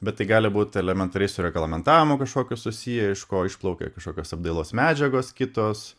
bet tai gali būt elementariai su reglamentavimu kažkokiu susiję iš ko išplaukia kažkokios apdailos medžiagos kitos